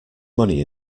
money